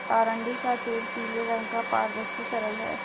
अरंडी का तेल पीले रंग का पारदर्शी तरल है